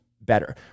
better